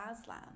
Aslan